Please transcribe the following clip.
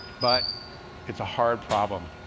but it's a hard problem.